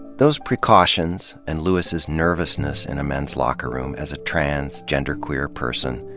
those precautions, and lewis's nervousness in a men's locker room, as a trans, genderqueer person,